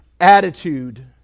attitude